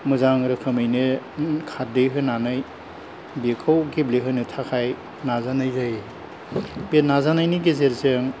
मोजां रोखोमैनो खारदै होनानै बेखौ गेब्लेहोनो थाखाय नाजानाय जायो बे नाजानायनि गेजेरजों